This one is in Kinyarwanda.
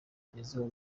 ugezeho